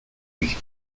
visto